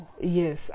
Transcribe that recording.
yes